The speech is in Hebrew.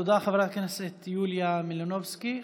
תודה, חברת הכנסת יוליה מלינובסקי.